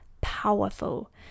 Powerful